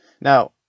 now